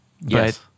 Yes